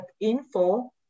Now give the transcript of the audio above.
info